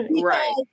right